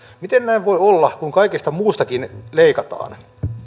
miten näin voi olla kun kaikesta muustakin leikataan